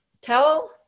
tell